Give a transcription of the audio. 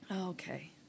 Okay